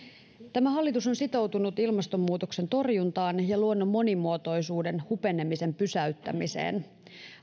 tämä hallitus on sitoutunut ilmastonmuutoksen torjuntaan ja luonnon monimuotoisuuden hupenemisen pysäyttämiseen